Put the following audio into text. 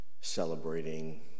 celebrating